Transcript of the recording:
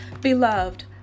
Beloved